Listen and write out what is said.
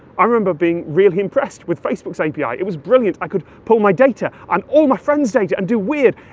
i remember being really impressed with facebook's api it was brilliant, i could pull my data and all my friends' data, and do weird,